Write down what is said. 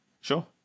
Sure